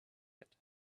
yet